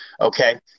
Okay